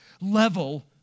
level